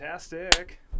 Fantastic